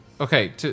Okay